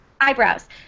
eyebrows